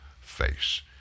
face